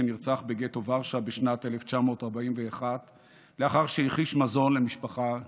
שנרצח בגטו ורשה בשנת 1941 לאחר שהחיש מזון למשפחה יהודית,